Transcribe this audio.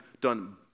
done